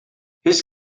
his